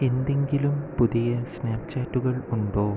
എന്തെങ്കിലും പുതിയ സ്നാപ്പ് ചാറ്റുകൾ ഉണ്ടോ